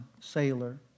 sailor